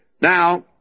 Now